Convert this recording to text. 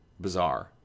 Bizarre